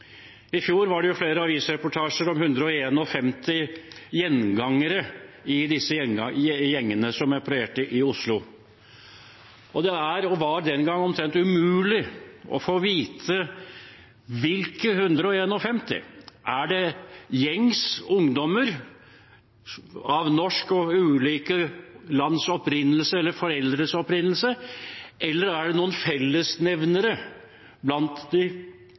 I fjor var det flere avisreportasjer om 151 gjengangere i disse gjengene som opererte i Oslo, og det er – og var den gang – omtrent umulig å få vite hvem de 151 er. Er det gjengs ungdommer av norsk og ulike lands opprinnelse – eller foreldrenes opprinnelse – eller er det noen fellesnevnere blant de